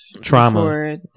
trauma